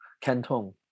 Canton